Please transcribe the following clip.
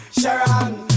Sharon